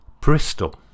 Bristol